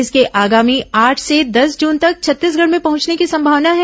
इसके आगामी आठ से दस जून तक छत्तीसगढ़ में पहुंचने की संभावना है